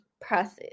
process